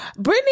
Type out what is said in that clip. Britney